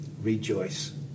rejoice